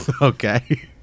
Okay